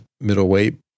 Middleweight